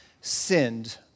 sinned